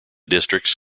districts